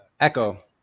echo